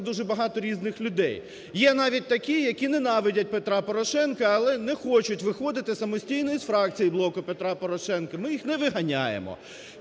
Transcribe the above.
дуже багато різних людей, є навіть такі, які ненавидять Петра Порошенка, але не хочуть виходити самостійно із фракції "Блоку Петра Порошенка", ми їх не виганяємо,